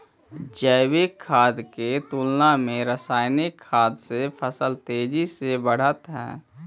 जैविक खाद के तुलना में रासायनिक खाद से फसल तेजी से बढ़ऽ हइ